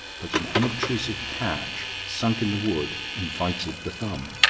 but an unobtrusive catch sunk in the wood invited the thumb.